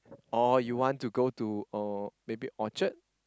or you want to go to uh maybe Orchard